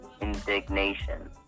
indignation